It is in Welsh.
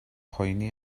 poeni